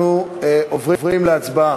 אנחנו עוברים להצבעה.